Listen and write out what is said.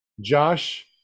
Josh